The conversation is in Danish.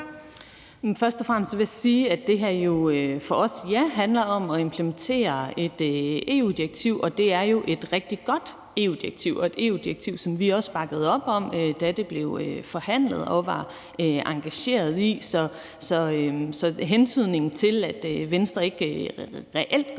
Først og fremmest vil jeg sige, at for os handler det her om, at ja, implementere et EU-direktiv, og det er jo et rigtig godt EU-direktiv, som vi også bakkede op om, da det blev forhandlet, og det var vi engagerede i. Så den hentydning til, at Venstre er ikke reelt går op i